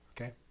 Okay